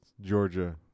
Georgia